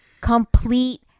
Complete